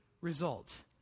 results